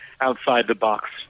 outside-the-box